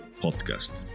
podcast